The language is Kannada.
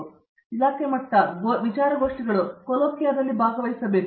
ಮತ್ತು ಅವರು ಇಲಾಖೆ ಮಟ್ಟ ವಿಚಾರಗೋಷ್ಠಿಗಳು ಮತ್ತು ಕೊಲೊಕ್ವಿಯಾದಲ್ಲಿ ಭಾಗವಹಿಸಬೇಕು